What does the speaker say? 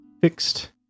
Fixed